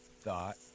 thought